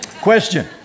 Question